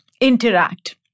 interact